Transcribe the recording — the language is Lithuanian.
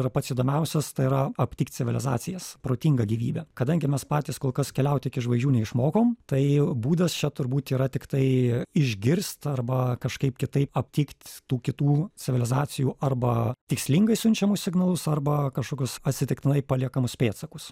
yra pats įdomiausias tai yra aptikt civilizacijas protingą gyvybę kadangi mes patys kol kas keliaut iki žvaigždžių neišmokom tai būdas čia turbūt yra tiktai išgirst arba kažkaip kitaip aptikt tų kitų civilizacijų arba tikslingai siunčiamus signalus arba kažkokius atsitiktinai paliekamus pėdsakus